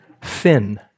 Thin